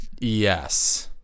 Yes